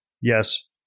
Yes